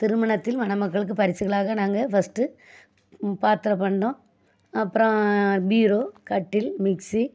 திருமணத்தில் மணமக்களுக்கு பரிசுகளாக நாங்கல் பஸ்ட்டு பாத்திரம் பண்டம் அப்புறோம் பீரோ கட்டில் மிக்ஸி